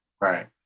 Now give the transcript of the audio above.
Right